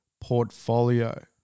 portfolio